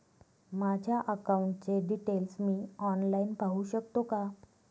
माझ्या अकाउंटचे डिटेल्स मी ऑनलाईन पाहू शकतो का?